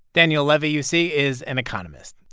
daniel levy, you see, is an economist.